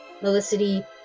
melicity